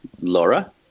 Laura